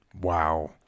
Wow